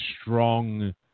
strong